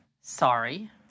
sorry